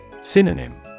Synonym